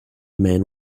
men